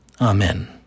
Amen